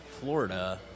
Florida